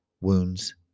wounds